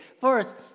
First